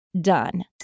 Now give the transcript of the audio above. done